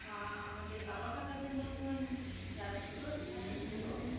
বা আমাদের বাবা কাকাদের মতন যারা ছোটো চাষি ছিলো